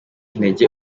intege